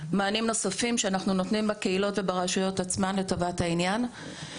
מענים נוספים שאנחנו נותנים בקהילות וברשויות עצמן לטובת העניין.